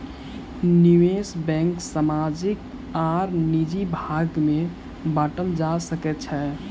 निवेश बैंक सामाजिक आर निजी भाग में बाटल जा सकै छै